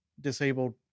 disabled